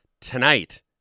tonight